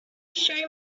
show